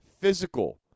physical